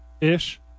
ish